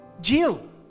Jill